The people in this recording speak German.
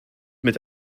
mit